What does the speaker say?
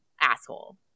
Asshole